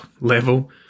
level